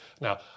Now